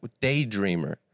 Daydreamer